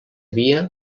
via